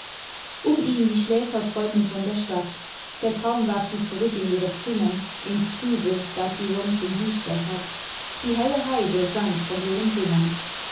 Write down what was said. um ihn die schläfer träumen von der stadt der traum warf sie zurück in ihre zinnen ins trübe das sie sonst umdüstert hat die helle heide sank von ihren sinnen